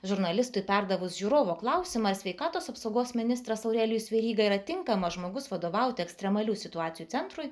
žurnalistui perdavus žiūrovo klausimą ar sveikatos apsaugos ministras aurelijus veryga yra tinkamas žmogus vadovauti ekstremalių situacijų centrui